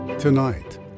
TONIGHT